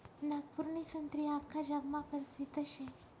नागपूरनी संत्री आख्खा जगमा परसिद्ध शे